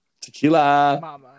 Tequila